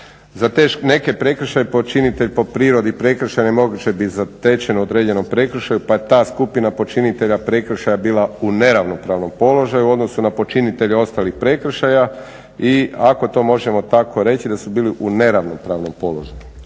Za neke prekršaje počinitelj po prirodi prekršaja … je zatečen u određenom prekršaju pa bi ta skupina počinitelja bila u neravnopravnom položaju u odnosu na počinitelje ostalih prekršaja i ako to možemo tako reći da su bili u neravnopravnom položaju.